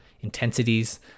intensities